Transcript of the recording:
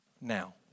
now